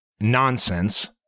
nonsense